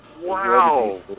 Wow